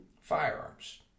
firearms